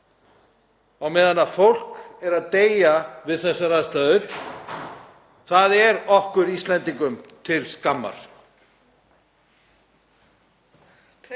á meðan fólk er að deyja við þessar aðstæður, er okkur Íslendingum til skammar.